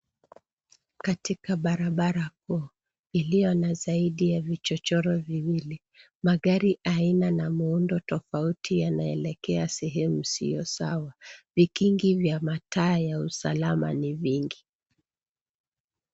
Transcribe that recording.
Katika barabara kuu iliyo na zaidi ya vichochoro viwili, magari aina na muundo tofauti tofauti yanaelekea sehemu isiyo sawa. Vikingi vya mataa ya usalama ni vingi.